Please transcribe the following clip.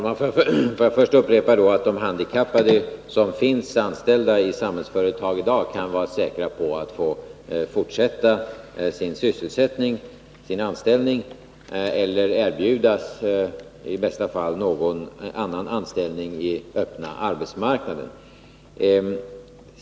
Herr talman! Får jag först upprepa att de handikappade som i dag är anställda i Samhällsföretag kan vara säkra på att de får fortsätta sin anställning eller, i bästa fall, att de kommer att erbjudas någon annan anställning på den öppna arbetsmarknaden.